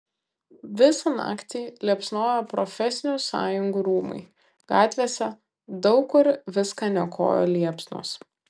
visą naktį liepsnojo profesinių sąjungų rūmai gatvėse daug kur viską niokoja liepsnos